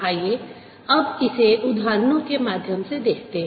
आइए अब इसे उदाहरणों के माध्यम से देखते हैं